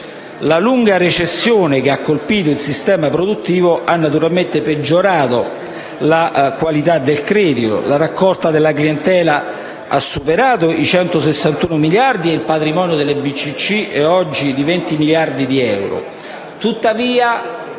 La lunga recessione che ha colpito il sistema produttivo ha naturalmente peggiorato la qualità del credito. La raccolta della clientela ha superato i 161 miliardi e il patrimonio delle banche di credito